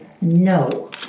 no